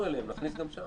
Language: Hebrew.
לא מזהים עם מסכה.